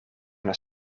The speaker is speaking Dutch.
naar